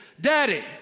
Daddy